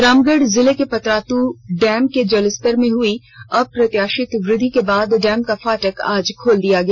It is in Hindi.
रामगढ़ जिले के पतरातू डैम के जलस्तर में हुई अप्रत्याशित वृद्धि के बाद डैम का फाटक आज खोल दिया गया